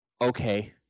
okay